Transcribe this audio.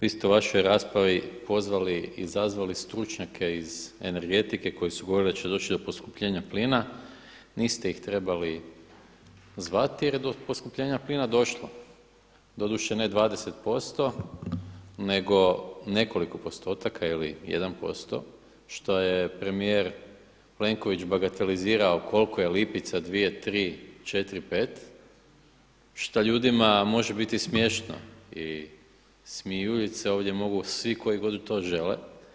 Vi ste u vašoj raspravi pozvali i izazvali stručnjake iz energetike koji su govorili da će doći do poskupljenja plina, niste ih trebali zvati jer je do poskupljenja plina došlo, doduše ne 20% nego nekoliko postotaka ili 1% što je premijer Plenković bagatelizirao koliko je lipica dvije, tri, četiri, pet šta ljudima može biti smiješno i smijuljit se ovdje mogu svi koji god to žele.